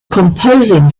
composing